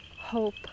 hope